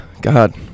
God